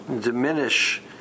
diminish